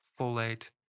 folate